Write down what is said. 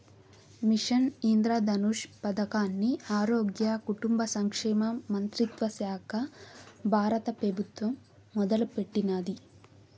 machine Indradhanush పదకాన్ని ఆరోగ్య, కుటుంబ సంక్షేమ మంత్రిత్వశాక బారత పెబుత్వం మొదలెట్టినాది